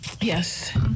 yes